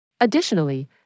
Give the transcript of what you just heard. Additionally